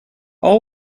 all